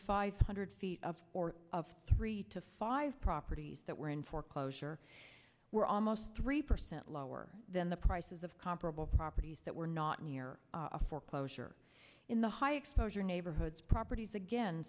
five hundred feet of or of three to five properties that were in foreclosure were almost three percent lower than the prices of comparable properties that were not near a foreclosure in the high exposure neighborhoods properties again